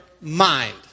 mind